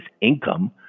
income